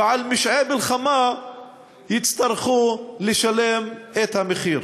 ועל פשעי מלחמה יצטרכו לשלם את המחיר.